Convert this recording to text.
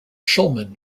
shulman